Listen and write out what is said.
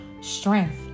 strength